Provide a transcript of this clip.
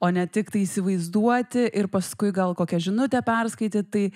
o ne tik tai įsivaizduoti ir paskui gal kokią žinutę perskaityt tai